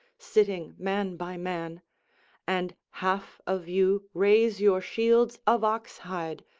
sitting man by man and half of you raise your shields of oxhide,